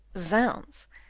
zounds!